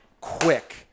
quick